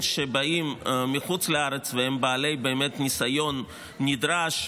שבאים מחוץ לארץ והם באמת בעלי ניסיון נדרש.